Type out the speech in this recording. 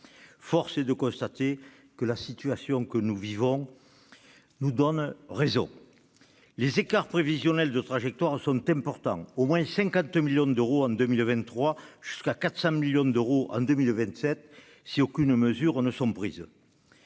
Force est de constater que la situation que nous vivons nous donne raison. Les écarts prévisionnels de trajectoire sont importants : au moins 50 millions d'euros en 2023 et jusqu'à 400 millions d'euros en 2027 si aucune mesure n'est prise.